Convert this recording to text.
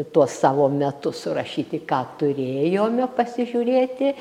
tuos savo metus surašyti ką turėjome pasižiūrėti